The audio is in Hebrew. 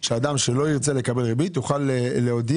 אדם שלא ירצה לקבל ריבית יוכל להודיע.